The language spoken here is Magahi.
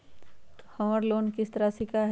हमर लोन किस्त राशि का हई?